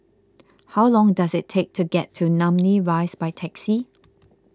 how long does it take to get to Namly Rise by taxi